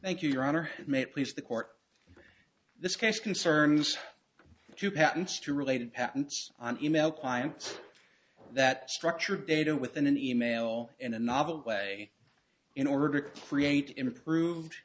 thank you your honor may it please the court this case concerns two patents to related patents on email clients that structured data within an email in a novel way in order to create improved